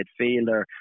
midfielder